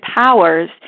powers